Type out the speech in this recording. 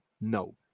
No